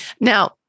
Now